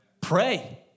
Pray